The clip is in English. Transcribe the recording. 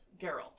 Geralt